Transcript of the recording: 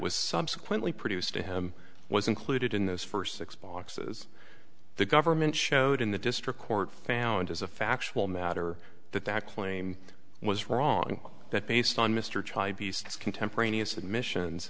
was subsequently produced to him was included in those first six boxes the government showed in the district court found as a factual matter that that claim was wrong that based on mr chide beasts contemporaneous admissions